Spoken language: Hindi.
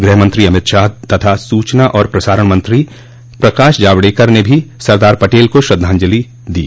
गृहमंत्री अमित शाह तथा सूचना और प्रसारण मंत्री प्रकाश जावडेकर ने भी सरदार पटेल को श्रद्धांजलि दी